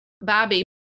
Bobby